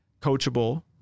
coachable